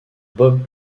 bob